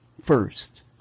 first